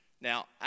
Now